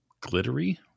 glittery